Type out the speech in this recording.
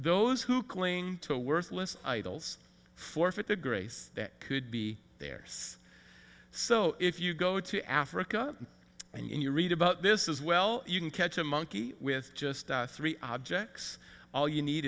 those who claim to worthless idols forfeit the grace that could be theirs so if you go to africa and you read about this as well you can catch a monkey with just three objects all you need